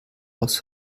aus